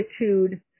attitude